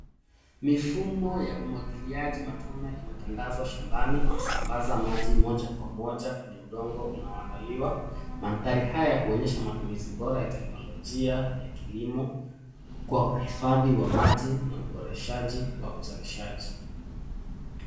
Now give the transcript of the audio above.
Mifumo ya umwagiliaji matone imetandazwa shambani ikisambaza maji moja kwa moja kwenye udongo unaoandaliwa. Mandhari haya huonyesha matumizi bora ya teknolojia ya kilimo kwa uhifadhi wa maji na uboreshaji wa uzalishaji.